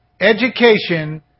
Education